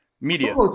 Media